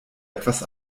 etwas